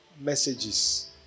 messages